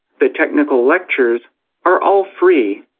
the technical lectures are all free.